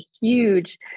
huge